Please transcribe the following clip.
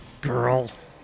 Girls